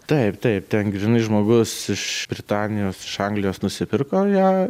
taip taip ten grynai žmogus iš britanijos iš anglijos nusipirko ją